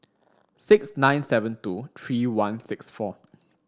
six nine seven two three one six four